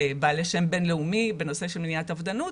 בעלי שם בין-לאומי בנושא של מניעת אובדנות.